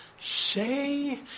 say